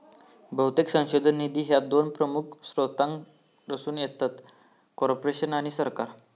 बहुतेक संशोधन निधी ह्या दोन प्रमुख स्त्रोतांकडसून येतत, कॉर्पोरेशन आणि सरकार